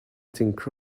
think